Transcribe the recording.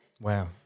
Wow